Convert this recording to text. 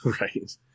Right